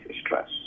stress